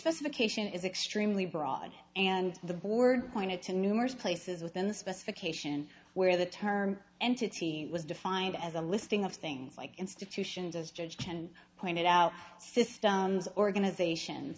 specification is extremely broad and the board pointed to numerous places within the specification where the term entity was defined as a listing of things like institutions as george kennan pointed out systems organization